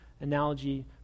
analogy